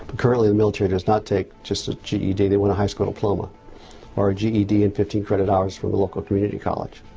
currently the military does not take just a g e d. they want a high school diploma or a g e d. and fifteen hours from a local community college.